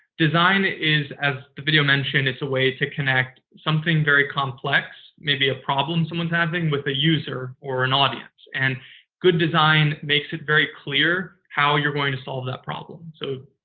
design is. as the video mentioned, it's a way to connect something very complex, maybe a problem someone's having, with a user or an audience. and good design makes it very clear how you're going to solve that problem so,